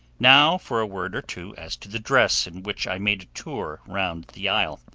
now for a word or two as to the dress in which i made a tour round the isle.